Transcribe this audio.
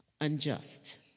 unjust